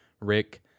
Rick